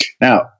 Now